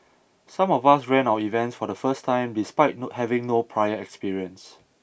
some of us ran our events for the first time despite having no prior experience